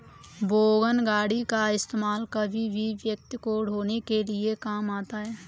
wagon गाड़ी का इस्तेमाल कभी कभी व्यक्ति को ढ़ोने के लिए भी काम आता है